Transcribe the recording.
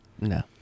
No